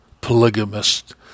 polygamist